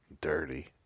dirty